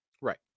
Right